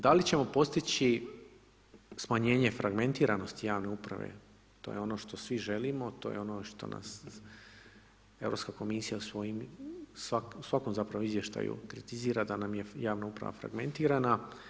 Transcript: Da li ćemo postići smanjenje fragmentiranosti javne uprave, to je ono što svi želimo, to je ono što nas Europska komisija u svakom izvještaju kritizira da nam je javna uprava fragmentirana.